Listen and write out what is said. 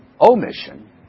Omission